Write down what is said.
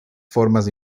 formas